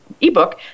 ebook